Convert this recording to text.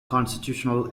constitutional